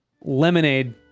Lemonade